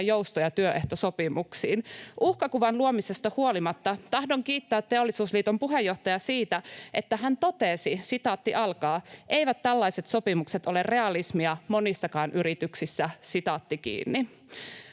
joustoja työehtosopimuksiin. Uhkakuvan luomisesta huolimatta tahdon kiittää Teollisuusliiton puheenjohtajaa siitä, että hän totesi: ”Eivät tällaiset sopimukset ole realismia monissakaan yrityksissä.” Vielä